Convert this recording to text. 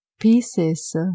pieces